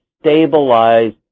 stabilize